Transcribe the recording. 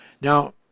Now